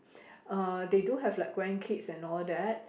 uh they do have like grandkids and all that